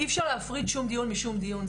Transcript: אי אפשר להפריד שום דיון משום דיון,